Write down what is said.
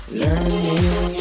learning